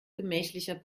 gemächlicher